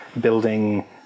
building